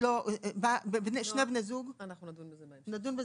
שני בני זוג --- אנחנו נדון בזה במשך,